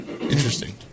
Interesting